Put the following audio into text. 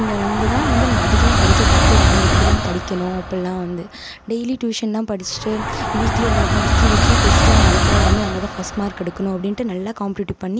இங்கே வந்துதான் வந்து நான் அதிகமாக படிக்க கற்றுக்கிட்டேன் எப்படிலாம் படிக்கணும் அப்புடிலாம் வந்து டெய்லி டியூஷனெல்லாம் படிச்சுட்டு வீக்லி எல்லா வீக்லி வீக்லி டெஸ்ட்டெல்லாம் நடக்கும் அதில் வந்து நம்மதான் ஃபஸ்ட் மார்க் எடுக்கணும் அப்படின்ட்டு நல்லா காம்பட்டீட்டிவ் பண்ணி